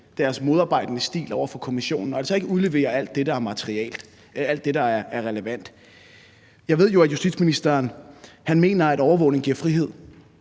deres modarbejdende stil over for kommissionen og altså ikke udlevere alt det, der er relevant. Jeg ved jo, at justitsministeren mener, at overvågning giver frihed,